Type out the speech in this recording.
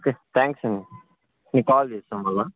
okay thanks అండి నేను call చేస్తాను మళ్ళీ